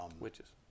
Witches